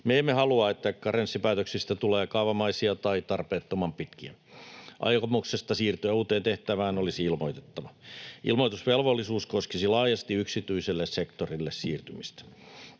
Me emme halua, että karenssipäätöksistä tulee kaavamaisia tai tarpeettoman pitkiä. Aikomuksesta siirtyä uuteen tehtävään olisi ilmoitettava. Ilmoitusvelvollisuus koskisi laajasti yksityiselle sektorille siirtymistä.